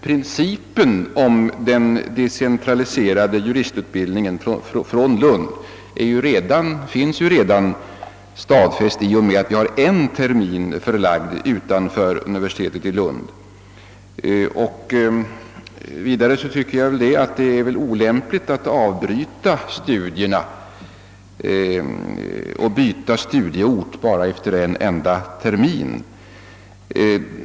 Principen om från Lund decentraliserad juristutbildning finns ju redan fastlagd i och med att en termin är förlagd utanför universitetet i Lund, och jag tycker inte att det är lämpligt att avbryta studierna och byta studieort efter en enda termin.